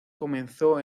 comenzó